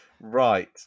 right